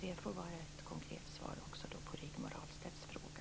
Det får vara ett konkret svar också på Rigmor Ahlstedts fråga.